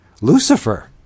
Lucifer